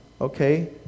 Okay